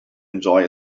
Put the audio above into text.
enjoy